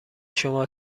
شما